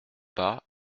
pas